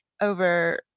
over